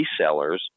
resellers